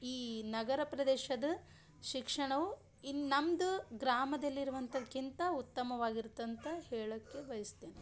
ಈ ನಗರ ಪ್ರದೇಶದ ಶಿಕ್ಷಣವು ಇನ್ನು ನಮ್ಮದು ಗ್ರಾಮದಲ್ಲಿರುವಂಥದ್ಕಿಂತ ಉತ್ತಮವಾಗಿರತ್ತಂತ ಹೇಳೋಕ್ಕೆ ಬಯಸ್ತೇನೆ